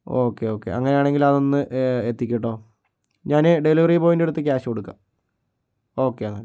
okay okay അങ്ങനെയാണെങ്കില് അതൊന്ന് എത്തിക്കൂ കേട്ടോ ഞാൻ ഡെലിവറി ബോയിന്റെ അടുത്ത് കാഷ് കൊടുക്കാം ഓക്കേ എന്നാൽ